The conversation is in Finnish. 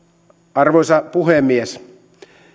arvoisa puhemies